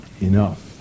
enough